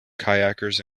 kayakers